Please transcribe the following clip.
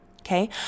Okay